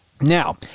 Now